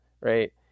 right